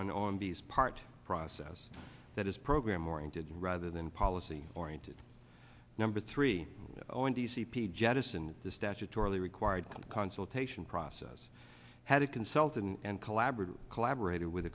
on on b s part process that is program oriented rather than policy oriented number three zero and d c p jettisoned the statutorily required consultation process had a consultant and collaborative collaborated with